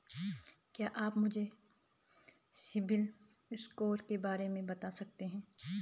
क्या आप मुझे सिबिल स्कोर के बारे में बता सकते हैं?